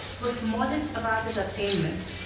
was modest about his attainments,